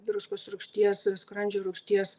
druskos rūgšties skrandžio rūgšties